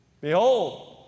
Behold